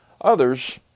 Others